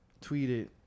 Tweeted